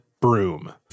broom